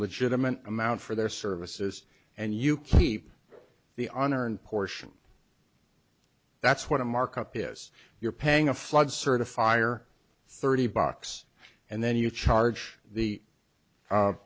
legitimate amount for their services and you keep the honor and portion that's what a markup is you're paying a flood certifier thirty bucks and then you charge the